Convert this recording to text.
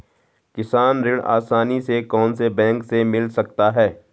किसान ऋण आसानी से कौनसे बैंक से मिल सकता है?